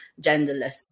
genderless